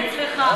אצלך,